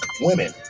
women